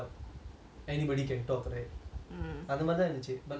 அது மாரித்தான் இருந்துச்சு:athu maari than irunthuchu but like as like as I reach polytechnic